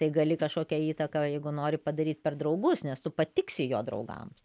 tai gali kažkokią įtaką jeigu nori padaryt per draugus nes tu patiksi jo draugams